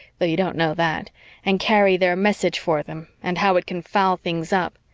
though you don't know that and carry their message for them, and how it can foul things up.